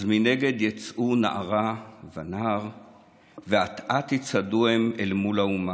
/ אז מנגד יצאו נערה ונער / ואט-אט יצעדו הם אל מול האומה.